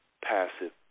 passive